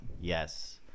yes